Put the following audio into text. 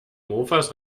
mofas